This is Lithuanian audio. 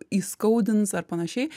įskaudins ar panašiai